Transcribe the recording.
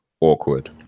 awkward